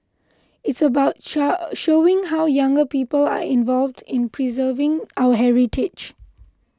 it's about showing how younger people are involved in preserving our heritage